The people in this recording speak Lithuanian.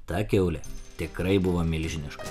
ta kiaulė tikrai buvo milžiniška